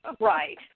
right